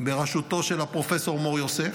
בראשותו של הפרופסור מור-יוסף,